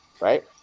Right